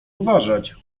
uważać